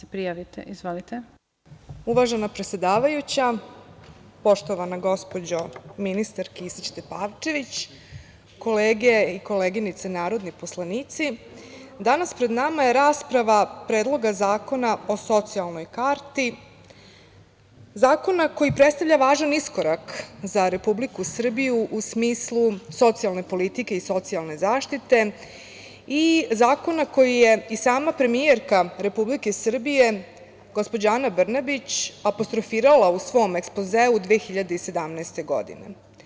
Uvažena predsedavajuća, poštovana gospođo ministarka Kisić Tepavčević, kolege i koleginice narodni poslanici, danas pred nama je rasprava Predloga zakona o socijalnoj karti, zakona koji predstavlja važan iskorak za Republiku Srbiju u smislu socijalne politike i socijalne zaštite i zakona koji je i sama premijerka Republike Srbije, Ana Brnabić, apostrofirala u svom ekspozeu 2017. godine.